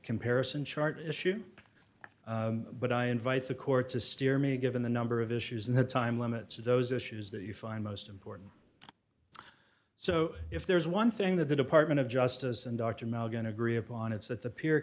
comparison chart issue but i invite the court to steer me given the number of issues and the time limits of those issues that you find most important so if there's one thing that the department of justice and dr mel going to agree upon it's that the p